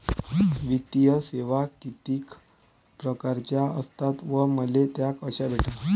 वित्तीय सेवा कितीक परकारच्या असतात व मले त्या कशा भेटन?